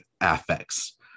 affects